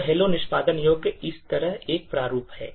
तो hello निष्पादन योग्य इस तरह एक प्रारूप है